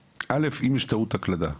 א' אם יש טעות הקלדה,